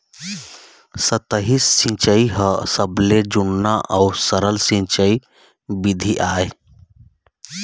सतही सिंचई ह सबले जुन्ना अउ सरल सिंचई बिधि आय